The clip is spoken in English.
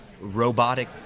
robotic